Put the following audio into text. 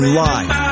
live